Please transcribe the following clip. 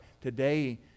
today